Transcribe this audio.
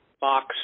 box